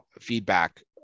feedback